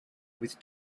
with